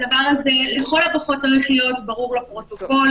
הדבר הזה לכל הפחות צריך להיות ברור לפרוטוקול,